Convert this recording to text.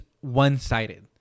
one-sided